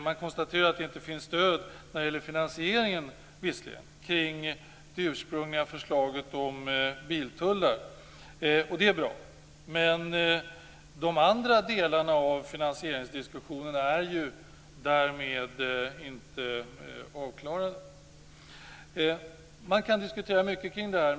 Man konstaterar visserligen när det gäller finansieringen att det inte finns stöd för det ursprungliga förslaget om biltullar, och det är bra, men de andra delarna av finansieringsdiskussionen är ju därmed inte avklarade. Man kan diskutera mycket kring det här.